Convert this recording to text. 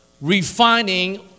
refining